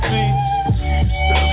See